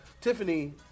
tiffany